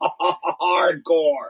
hardcore